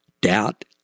doubt